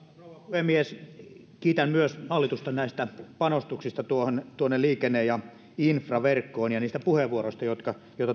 puhemies myös minä kiitän hallitusta näistä panostuksista tuonne tuonne liikenne ja infraverkkoon ja niistä puheenvuoroista joita